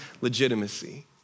legitimacy